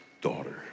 daughter